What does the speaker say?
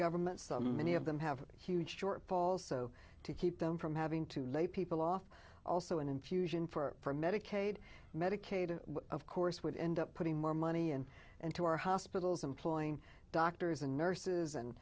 governments some many of them have huge shortfalls so to keep them from having to lay people off also an infusion for medicaid medicaid of course would end up putting more money in and to our hospitals employing doctors and nurses and